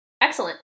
Excellent